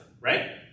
right